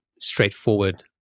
straightforward